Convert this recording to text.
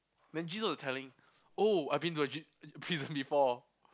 then Jesus was telling oh I've been ji~ to a prison before